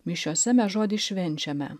mišiose mes žodį švenčiame